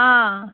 हां